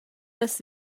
las